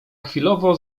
chwilowo